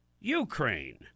Ukraine